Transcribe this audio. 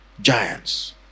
Giants